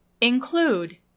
Include